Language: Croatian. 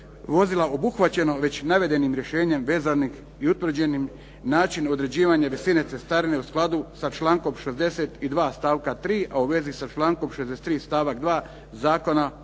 vozila obuhvaćeno već navedenim rješenjem vezanih i usklađenim način određivanja visine cestarine u skladu sa člankom 62. stavka 3., a u vezi sa člankom 63. stavak 2. Zakona o